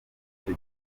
icyo